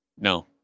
No